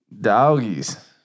doggies